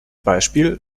beispiel